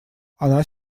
она